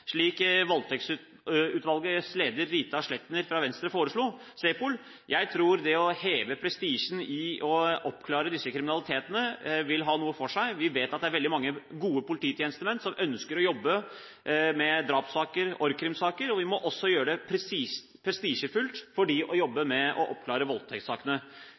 slik Voldtektsutvalgets leder, Rita Sletner fra Venstre, foreslo, SEPOL. Jeg tror det å heve prestisjen i å oppklare denne kriminaliteten vil ha noe for seg. Vi vet at det er veldig mange gode polititjenestemenn som ønsker å jobbe med drapssaker og med org.krim-saker, og vi må også gjøre det prestisjefullt for dem å jobbe med å oppklare voldtektssakene.